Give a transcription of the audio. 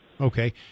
Okay